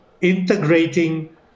integrating